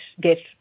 get